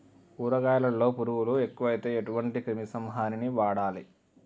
కూరగాయలలో పురుగులు ఎక్కువైతే ఎటువంటి క్రిమి సంహారిణి వాడాలి?